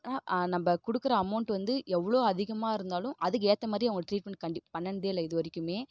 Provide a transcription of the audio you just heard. ஆ நம்ம கொடுக்கற அமௌண்ட்டு வந்து எவ்வளோ அதிகமாக இருந்தாலும் அதுக்கு ஏற்ற மாதிரி அவங்க ட்ரீட்மெண்ட் கண்டி பண்ணது இல்லை இது வரைக்கும்